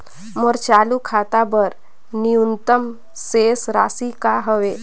मोर चालू खाता बर न्यूनतम शेष राशि का हवे?